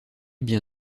bien